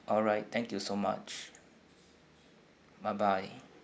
alright thank you so much bye bye